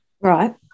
Right